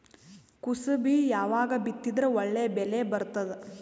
ಕುಸಬಿ ಯಾವಾಗ ಬಿತ್ತಿದರ ಒಳ್ಳೆ ಬೆಲೆ ಬರತದ?